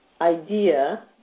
idea